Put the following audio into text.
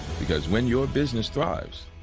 because when your business thrives,